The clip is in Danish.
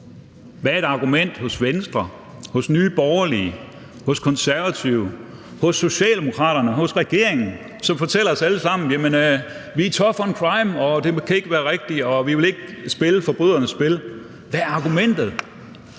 Hvad er argumentet hos Venstre? Hos Nye Borgerlige? Hos Konservative? Hos Socialdemokraterne? Hos regeringen, som fortæller os alle sammen, at vi er tough on crime, og at det ikke kan være rigtigt, og at vi ikke vil spille forbrydernes spil? Hvad er argumentet?